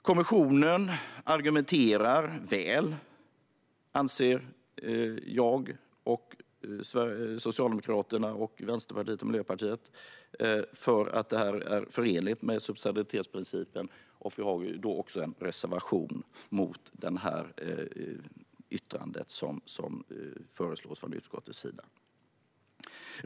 Kommissionen argumenterar väl för att detta är förenligt med subsidiaritetsprincipen, anser jag och Socialdemokraterna, Vänsterpartiet och Miljöpartiet. Vi har också en reservation mot yttrandet som föreslås från utskottets sida.